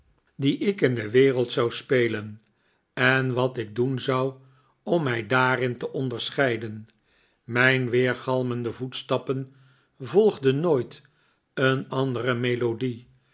die ik in de wereld zou spelen en wat ik doen zou om mij daarin te onderscheiden mijn weergalmende voetstappen volgden nooit een andere melodie